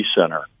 Center